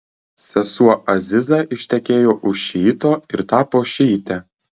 sesuo aziza ištekėjo už šiito ir tapo šiite